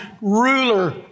ruler